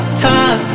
time